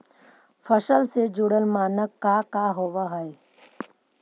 फसल से जुड़ल मानक का का होव हइ?